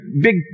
big